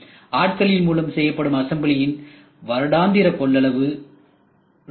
ஆட்களின் மூலம் செய்யப்படும் அசம்பிளியின் வருடாந்திர கொள்ளளவு 100